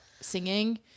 singing